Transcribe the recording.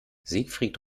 siegfried